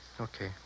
Okay